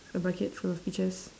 a bucket full of peaches